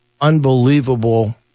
unbelievable